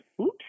oops –